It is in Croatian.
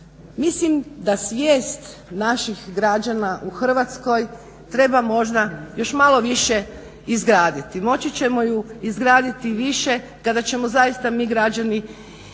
mislim da svijest naših građana u Hrvatsko treba možda još malo više izgraditi. Moći ćemo ju izgraditi više kada ćemo zaista mi građani Hrvatice